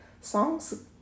Songs